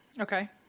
Okay